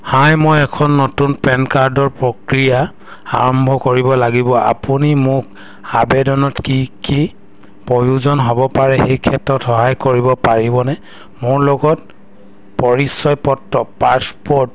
হাই মই এখন নতুন পেন কাৰ্ডৰ প্ৰক্ৰিয়া আৰম্ভ কৰিব লাগিব আপুনি মোক আবেদনত কি কি প্ৰয়োজন হ'ব পাৰে সেই ক্ষেত্ৰত সহায় কৰিব পাৰিবনে মোৰ লগত পৰিচয় পত্ৰ পাছপোৰ্ট